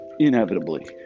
Inevitably